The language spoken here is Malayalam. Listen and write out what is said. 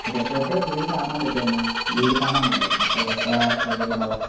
ഓക്കേ അപ്പോൾ എപ്പോഴാണ് വീട് കാണാൻ പറ്റുക ഒന്ന് വീട് കാണാൻ പോകണ്ടേ അപ്പോൾ എപ്പോഴാണ് സൗകര്യമുണ്ടാവുക